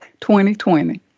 2020